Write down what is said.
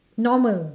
normal